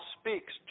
speaks